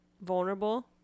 vulnerable